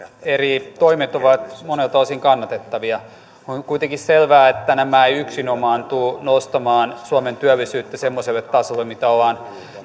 eri toimet ovat monelta osin kannatettavia on kuitenkin selvää että nämä eivät yksinomaan tule nostamaan suomen työllisyyttä semmoiselle tasolle mitä ollaan